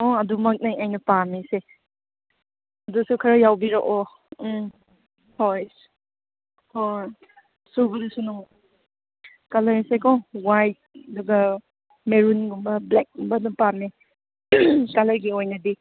ꯑꯣ ꯑꯗꯨꯃꯛꯅꯦ ꯑꯩꯅ ꯄꯥꯝꯃꯤꯁꯦ ꯑꯗꯨꯁꯨ ꯈꯔ ꯌꯥꯎꯕꯤꯔꯛꯑꯣ ꯎꯝ ꯍꯣꯏ ꯍꯣꯏ ꯁꯨꯕꯗꯁꯨ ꯀꯂꯔꯁꯦꯀꯣ ꯋꯥꯏꯠ ꯑꯗꯨꯒ ꯃꯦꯔꯨꯟꯒꯨꯝꯕ ꯕ꯭ꯂꯦꯛ ꯀꯨꯝꯕꯗ ꯄꯥꯝꯃꯦ ꯀꯂꯔꯒꯤ ꯑꯣꯏꯅꯗꯤ